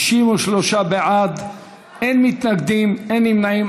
מסוימים (תיקון, אכיפה מוגברת כנגד עברייני מין),